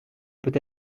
peut